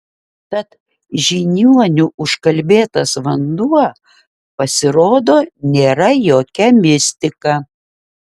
tad žiniuonių užkalbėtas vanduo pasirodo nėra jokia mistika